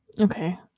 Okay